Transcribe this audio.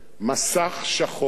מסך שחור.